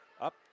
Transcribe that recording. up